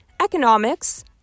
economics